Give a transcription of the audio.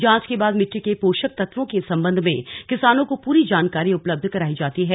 जांच के बाद मिट्टी के पोषक तत्वों के संबंध में किसानों को पूरी जानकारी उपलब्ध कराई जाती है